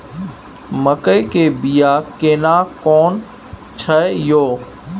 मकई के बिया केना कोन छै यो?